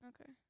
Okay